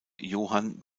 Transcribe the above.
johann